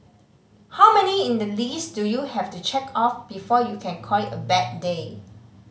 how many in the list do you have to check off before you can call it a bad day